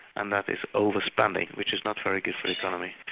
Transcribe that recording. and that is over-spending, which is not very good for the economy.